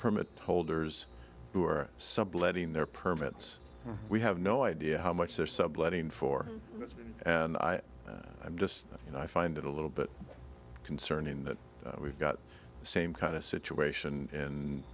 permit holders who are subletting their permits we have no idea how much they're subletting for and i just you know i find it a little bit concerning that we've got the same kind of situation